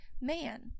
man